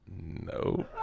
No